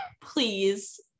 Please